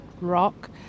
rock